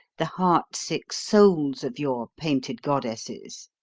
the heart-sick souls of your painted goddesses.